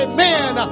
Amen